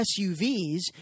SUVs